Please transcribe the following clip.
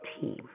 team